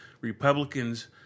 Republicans